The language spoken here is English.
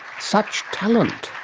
such talent!